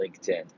LinkedIn